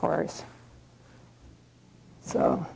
course so